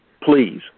Please